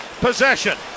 possession